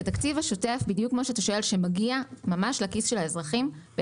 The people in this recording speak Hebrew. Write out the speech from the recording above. את התקציב השוטף שמגיע ממש לכיס של האזרחים.